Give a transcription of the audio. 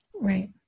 Right